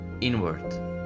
inward